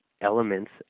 elements